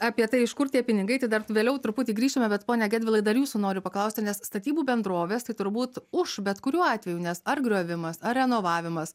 apie tai iš kur tie pinigai tai dar vėliau truputį grįšime bet pone gedvilai dar jūsų noriu paklausti nes statybų bendrovės tai turbūt už bet kuriuo atveju nes ar griovimas ar renovavimas